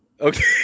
okay